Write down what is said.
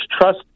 trust